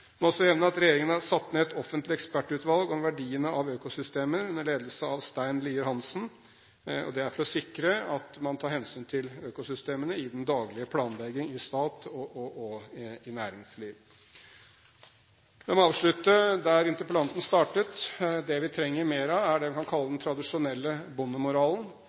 må også nevne at regjeringen har satt ned et offentlig ekspertutvalg om verdiene av økosystemet, under ledelse av Stein Lier-Hansen. Det er for å sikre at man tar hensyn til økosystemene i den daglige planlegging i stat og i næringsliv. La meg avslutte der interpellanten startet. Det vi trenger mer av, er det vi kan kalle den tradisjonelle